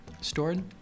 stored